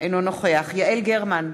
אינו נוכח יעל גרמן,